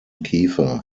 kiefer